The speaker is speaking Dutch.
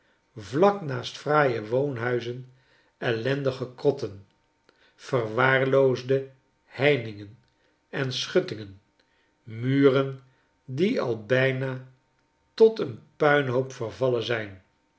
vlak naast fraaie woonhuizen ellendige krotten verwaarloosde heiningen en schuttingen muren die al bijna tot een puinhoop vervallen zijn